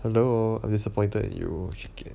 hello I'm disappointed in you chee ken